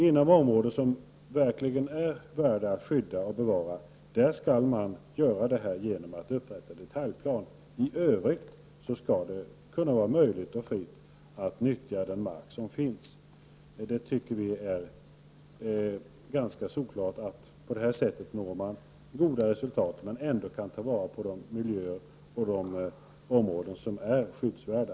Inom områden som verkligen är värda att skydda och bevara skall man upprätta detaljplaner. I övrigt skall det vara möjligt att fritt nyttja den mark som finns. Vi tycker att det är solklart att man på detta sätt når gott resultat och kan ta vara på de miljöer och områden som är skyddsvärda.